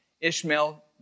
Ishmael